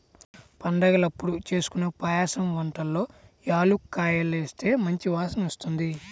పండగలప్పుడు జేస్కొనే పాయసం వంటల్లో యాలుక్కాయాలేస్తే మంచి వాసనొత్తది